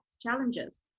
challenges